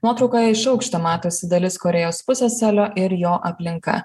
nuotraukoje iš aukšto matosi dalis korėjos pusiasalio ir jo aplinka